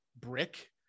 brick